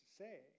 say